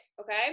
okay